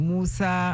Musa